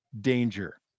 danger